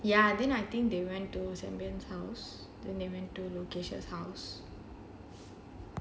ya then I think they run to sambiance house then they went to lekisha's house